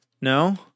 No